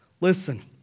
Listen